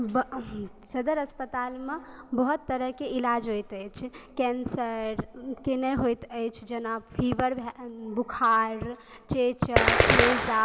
सदर हस्पतालमे बहुत तरह के इलाज होयत अछि कैन्सर के नहि होयत अछि जेना फीवर भए गेल बुख़ार चेचक हेजा